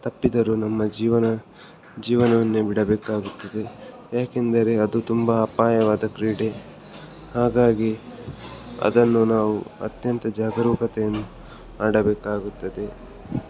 ತಪ್ಪಿದರೂ ನಮ್ಮ ಜೀವನ ಜೀವನವನ್ನೇ ಬಿಡಬೇಕಾಗುತ್ತದೆ ಯಾಕಂದರೆ ಅದು ತುಂಬ ಅಪಾಯವಾದ ಕ್ರೀಡೆ ಹಾಗಾಗಿ ಅದನ್ನು ನಾವು ಅತ್ಯಂತ ಜಾಗರೂಕತೆಯಿಂದ ಆಡಬೇಕಾಗುತ್ತದೆ